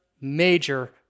major